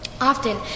often